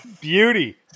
Beauty